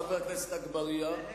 חבר הכנסת אגבאריה,